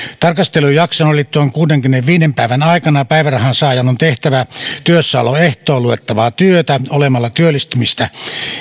tarkastelujakson eli tuon kuudenkymmenenviiden päivän aikana päivärahan saajan on tehtävä työssäoloehtoon luettavaa työtä olemalla työllistymistä